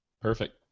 Perfect